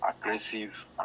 aggressive